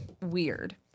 weird